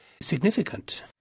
significant